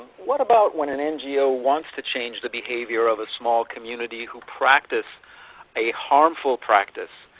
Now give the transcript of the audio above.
what about when an ngo wants to change the behavior of a small community who practice a harmful practice,